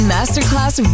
Masterclass